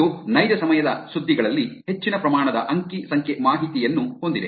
ಇದು ನೈಜ ಸಮಯದ ಸುದ್ದಿಗಳಲ್ಲಿ ಹೆಚ್ಚಿನ ಪ್ರಮಾಣದ ಅಂಕಿ ಸಂಖ್ಯೆ ಮಾಹಿತಿಯಯನ್ನು ಹೊಂದಿದೆ